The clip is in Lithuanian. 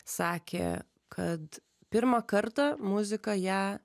sakė kad pirmą kartą muzika ją